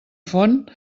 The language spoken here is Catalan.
font